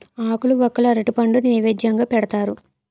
ఆకులు వక్కలు అరటిపండు నైవేద్యంగా పెడతారు